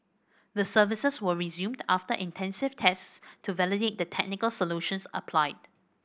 the services were resumed after intensive tests to validate the technical solutions applied